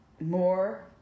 more